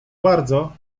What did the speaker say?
bardzo